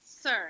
sir